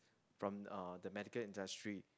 from uh the medical industry